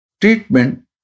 treatment